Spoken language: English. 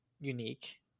unique